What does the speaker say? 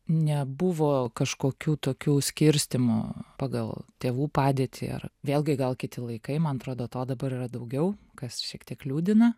nebuvo kažkokių tokių skirstymų pagal tėvų padėtį ar vėlgi gal kiti laikai man atrodo to dabar yra daugiau kas šiek tiek liūdina